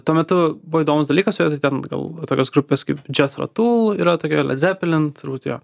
tuo metu buvo įdomus dalykas jog tai ten gal va tokios grupės kaip jethro tull yra tokia led zeppelin turbūt jo